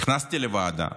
נכנסתי לוועדה